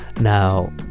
Now